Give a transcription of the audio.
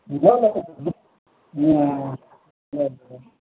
ल ल ल ल ल